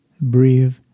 breathe